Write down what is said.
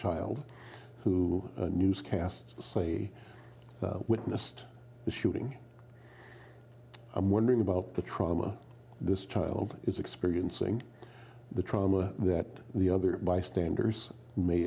child who newscasts say witnessed the shooting i'm wondering about the trauma this child is experiencing the trauma that the other bystanders may